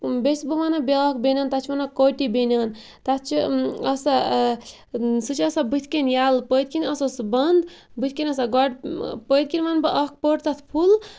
بیٚیہِ چھَس بہٕ وَنان بیاکھ بنۍیان تتھ چھِ وَنان کوٹی بٔنۍیان تتھ چھِ آسان سُہ چھِ آسان بٕتھ کَنہِ یَلہٕ پٔتۍ کِن آسان سُہ بَنٛد بِتھ کَنہِ آسان گۄڈٕ پٔتۍ کِن ونہٕ بہٕ اکھ پٔٹ تتھ پھُل